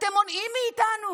אתם מונעים מאיתנו